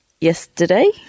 yesterday